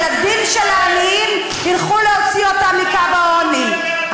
שהילדים של העניים ילכו להוציא אותם מקו העוני.